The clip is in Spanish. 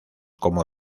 como